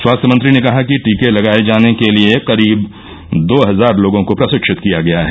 स्वास्थ्य मंत्री ने कहा कि टीके लगाए जाने के लिए करीब दो हजार लोगों को प्रशिक्षित किया गया है